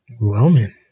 Roman